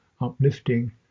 uplifting